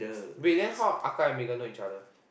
wait then how Ahkah and Megan know each other